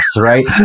right